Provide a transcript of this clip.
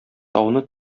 тауны